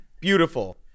beautiful